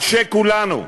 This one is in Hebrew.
אנשי כולנו,